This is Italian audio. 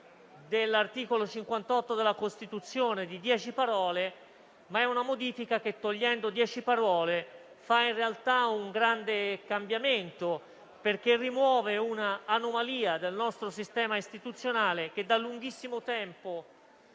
dell'articolo 58 della Costituzione, di dieci parole; ma è una modifica che, togliendo dieci parole, opera in realtà un grande cambiamento, perché rimuove, dal nostro sistema istituzionale, un'anomalia che da lunghissimo tempo